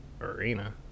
arena